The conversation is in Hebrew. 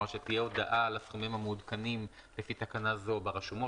כלומר שעל הסכומים המעודכנים לפי תקנה זו תהיה הודעה ברשומות,